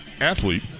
athlete